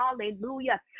Hallelujah